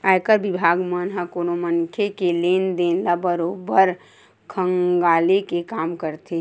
आयकर बिभाग मन ह कोनो मनखे के लेन देन ल बरोबर खंघाले के काम करथे